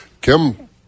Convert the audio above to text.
Kim